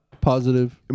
Positive